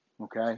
okay